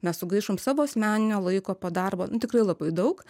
mes sugaišom savo asmeninio laiko po darbo nu tikrai labai daug